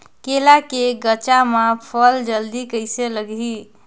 केला के गचा मां फल जल्दी कइसे लगही?